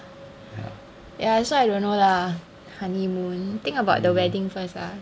ya